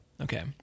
Okay